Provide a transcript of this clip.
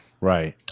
Right